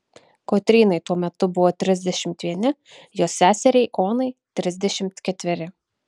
kotrynai tuo metu buvo trisdešimt vieni jos seseriai onai trisdešimt ketveri